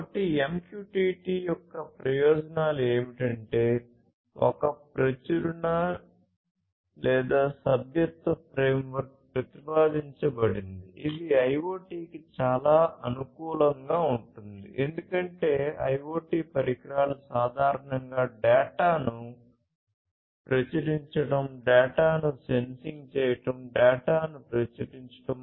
కాబట్టి MQTT యొక్క ప్రయోజనాలు ఏమిటంటే ఒక ప్రచురణ సభ్యత్వ ఫ్రేమ్వర్క్ ప్రతిపాదించబడింది ఇది IoT కి చాలా అనుకూలంగా ఉంటుంది ఎందుకంటే IoT పరికరాలు సాధారణంగా డేటాను ప్రచురించడం డేటాను సెన్సింగ్ చేయడం డేటాను ప్రచురించడం